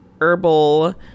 herbal